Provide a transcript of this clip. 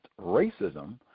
racism